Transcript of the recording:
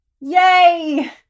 yay